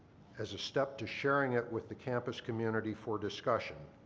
as a step to sharing it with the campus community for discussion.